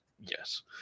yes